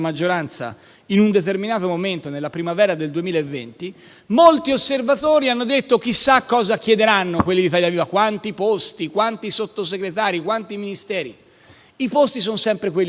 in un determinato momento nella primavera del 2020, molti osservatori hanno detto: chissà cosa chiederanno quelli di Italia Viva, quanti posti, quanti Sottosegretari, quanti Ministeri. Ebbene, i posti sono sempre quelli di prima.